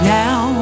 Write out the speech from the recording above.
now